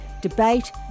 debate